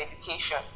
education